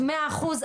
100 אחוז,